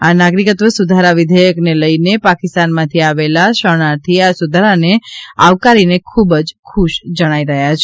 આ નાગરીક્ત્વ સુધારા વિધેયકને લઈને પાકિસ્તાનમાંથી આવેલા શરણાર્થી આ સુધારાને આવકારીને ખૂબજ ખૂશ જણાઈ રહ્યા છે